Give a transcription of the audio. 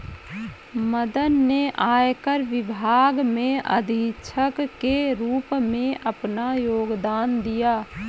मदन ने आयकर विभाग में अधीक्षक के रूप में अपना योगदान दिया